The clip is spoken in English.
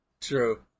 True